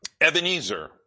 Ebenezer